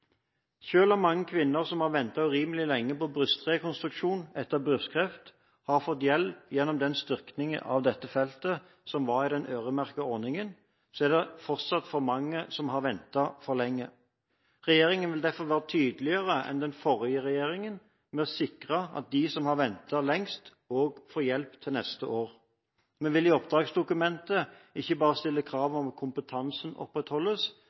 om mange kvinner som har ventet urimelig lenge på brystrekonstruksjon etter brystkreft, har fått hjelp gjennom styrkingen av dette feltet ved hjelp av den øremerkede ordningen, er det fortsatt for mange som har ventet for lenge. Regjeringen vil derfor være tydeligere enn den forrige regjeringen med å sikre at de som har ventet lengst, får hjelp neste år. Vi vil i oppdragsdokumentet ikke bare stille krav om at kompetansen opprettholdes,